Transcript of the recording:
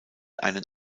einen